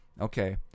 Okay